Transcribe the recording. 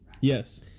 yes